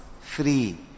free